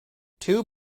two